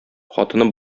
хатыны